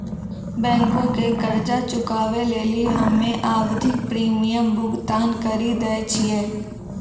बैंको के कर्जा चुकाबै लेली हम्मे आवधिक प्रीमियम भुगतान करि दै छिये